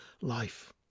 life